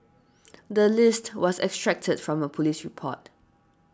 the list was extracted from a police report